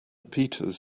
peters